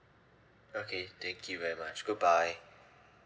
okay thank you very much goodbye